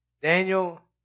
Daniel